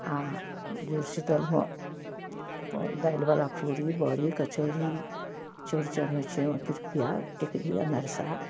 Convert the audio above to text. आ जुड़शीतलमे दालिबला पूड़ी बड़ी कचौड़ी चौड़चन होइ छै ओहिमे पिरुकिआ टिकरी अनर्सा